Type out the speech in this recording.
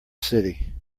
city